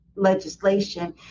legislation